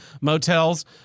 motels